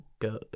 Go